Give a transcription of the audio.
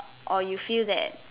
or you feel that